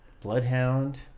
Bloodhound